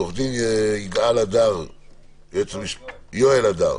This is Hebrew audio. עו"ד יואל הדר,